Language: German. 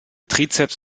trizeps